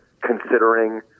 Considering